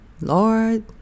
Lord